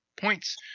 points